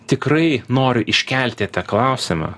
tikrai noriu iškelti tą klausimą